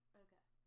okay